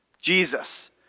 Jesus